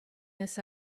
this